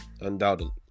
Undoubtedly